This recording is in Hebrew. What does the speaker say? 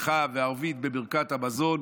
מנחה וערבית ובברכת המזון,